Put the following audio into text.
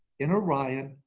in orion,